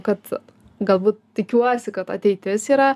kad galbūt tikiuosi kad ateitis yra